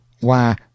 Why